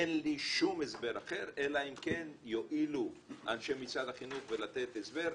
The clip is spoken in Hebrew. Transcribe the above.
אין לי שום הסבר אחר אלא אם כן יועילו אנשי משרד החינוך לתת הסבר,